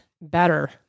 better